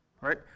right